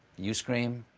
you scream,